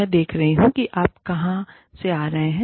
मैं देख रहा हूं कि आप कहां से आ रहे हैं